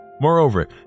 Moreover